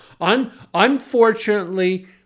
Unfortunately